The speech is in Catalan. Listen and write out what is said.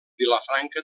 vilafranca